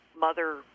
mother